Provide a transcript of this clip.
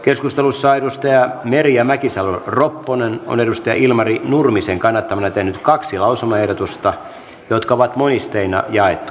keskustelussa merja mäkisalo ropponen on ilmari nurmisen kannattamana tehnyt kaksi lausumaehdotusta jotka on monisteina jaettu